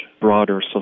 broader